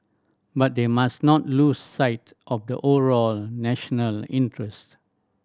but they must not lose sight of the overall national interest